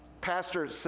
Pastor